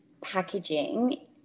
packaging